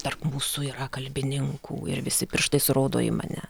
tarp mūsų yra kalbininkų ir visi pirštais rodo į mane